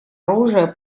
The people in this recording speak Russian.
оружие